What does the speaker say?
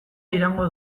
iraungo